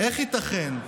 איך ייתכן,